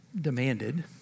demanded